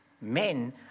men